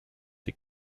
the